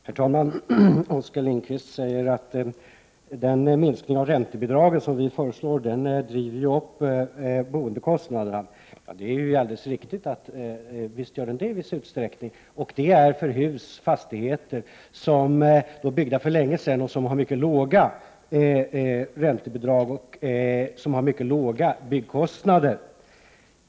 Herr talman! Oskar Lindkvist säger att den minskning av räntebidragen som vi föreslår driver upp boendekostnaderna. Ja, visst gör den det i viss utsträckning, för fastigheter som är byggda för länge sedan, fastigheter som har mycket låga räntebidrag och som hade mycket låga byggkostnader.